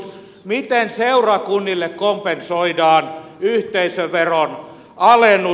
miten seurakunnille kompensoidaan yhteisöveron alennus